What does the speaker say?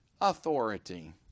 authority